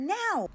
now